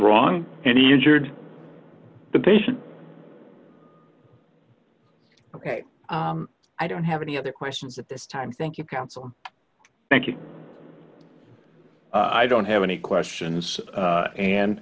wrong and he injured the patient ok i don't have any other questions at this time thank you counsel thank you i don't have any questions